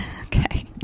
Okay